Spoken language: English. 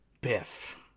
Biff